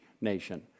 nation